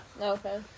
Okay